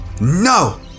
No